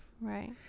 right